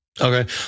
Okay